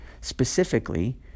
specifically